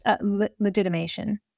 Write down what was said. legitimation